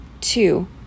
two